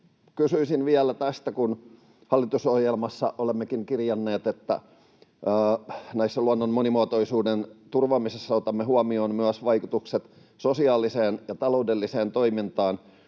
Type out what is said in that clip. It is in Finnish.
Kysyisin vielä tästä, kun hallitusohjelmassa olemmekin kirjanneet, että luonnon monimuotoisuuden turvaamisessa otamme huomioon myös vaikutukset sosiaaliseen ja taloudelliseen toimintaan